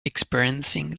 experiencing